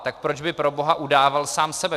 Tak proč by proboha udával sám sebe?